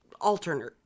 alternate